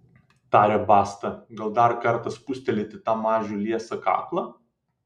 tarė basta gal dar kartą spustelėti tam mažiui liesą kaklą